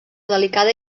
delicada